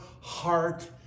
heart